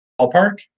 ballpark